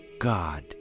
God